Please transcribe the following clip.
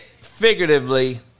figuratively